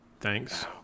Thanks